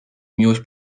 miłość